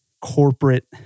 corporate